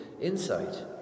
insight